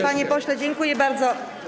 Panie pośle, dziękuję bardzo.